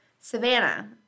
Savannah